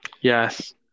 Yes